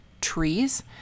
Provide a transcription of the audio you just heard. trees